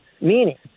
meaning